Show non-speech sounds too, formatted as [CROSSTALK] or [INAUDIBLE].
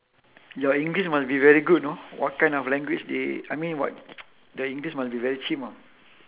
your english must be very good you know what kind of language they I mean what [NOISE] the english must be very chim ah